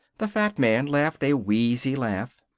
the fat man laughed a wheezy laugh.